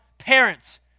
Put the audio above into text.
parents